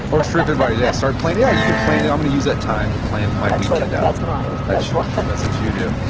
or tripadvisor, yeah. start planning, yeah, you can plan. i'm gonna use that time to plan my weekend out that's mine. that's why that's what you do.